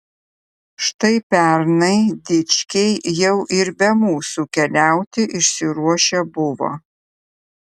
štai pernai dičkiai jau ir be mūsų keliauti išsiruošę buvo